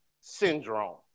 syndrome